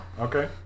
Okay